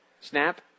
Snap